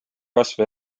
kasv